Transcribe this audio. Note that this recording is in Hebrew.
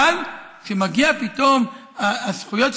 אבל כשמגיעות פתאום הזכויות שלהם,